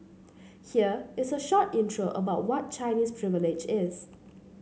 here is a short intro about what Chinese Privilege is